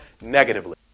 negatively